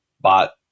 but-